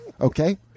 Okay